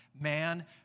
man